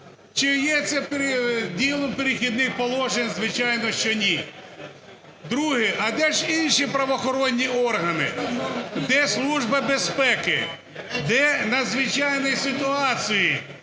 Чи є це ділом "Перехідних положень"? Звичайно, що ні. Друге. А де ж інші правоохоронні органи? Де Служба безпеки? Де надзвичайні ситуації